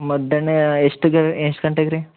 ಮಧ್ಯಾಹ್ನ ಎಷ್ಟು ಗ ಎಷ್ಟು ಗಂಟೆಗೆ ರೀ